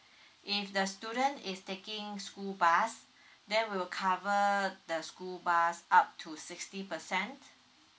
if the student is taking school bus then we'll cover the school bus up to sixty percent